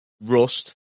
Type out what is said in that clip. rust